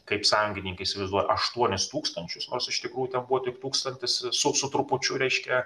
kaip sąjungininkai įsivaizduoja aštuonis tūkstančius nors iš tikrų buvo tik tūkstantis su su trupučiu reiškia